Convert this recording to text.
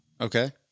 Okay